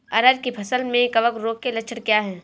अरहर की फसल में कवक रोग के लक्षण क्या है?